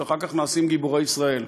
ואחר כך נעשים גיבורי ישראל.